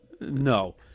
No